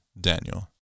Daniel